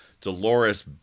Dolores